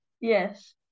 Yes